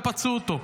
ופצעו אותו.